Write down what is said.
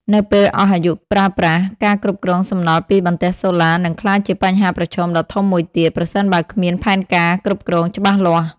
នៅពេលអស់អាយុប្រើប្រាស់ ការគ្រប់គ្រងសំណល់ពីបន្ទះសូឡា នឹងក្លាយជាបញ្ហាប្រឈមដ៏ធំមួយទៀត ប្រសិនបើគ្មានផែនការគ្រប់គ្រងច្បាស់លាស់។